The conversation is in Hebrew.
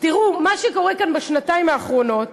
תראו, מה שקורה כאן בשנתיים האחרונות